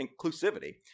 inclusivity